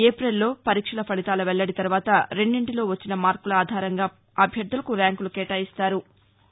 ఏపిల్లో పరీక్షల ఫలితాల వెల్లడి తర్వాత రెండింటిలో వచ్చిన మార్కుల ఆధారంగా అభ్యర్థులకు ర్యాంకులు కేటాయిస్తారు